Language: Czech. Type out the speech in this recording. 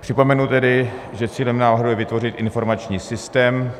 Připomenu tedy, že cílem návrhu je vytvořit informační systém,